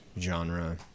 genre